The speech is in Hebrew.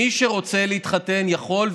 מי שרוצה להתחתן יכול,